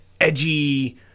edgy